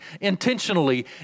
intentionally